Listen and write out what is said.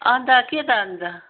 अनि त के त अनि त